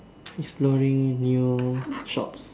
exploring new shops